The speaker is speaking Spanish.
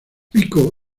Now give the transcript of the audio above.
pico